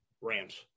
Rams